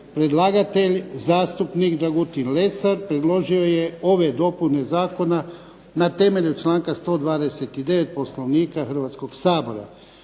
Predlagatelj Dragutin Lesar predložio je ove dopune zakona na temelju članka 129. Poslovnika Hrvatskoga sabora.